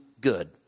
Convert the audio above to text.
good